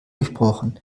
durchbrochen